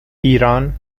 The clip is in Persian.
ایران